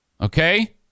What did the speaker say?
Okay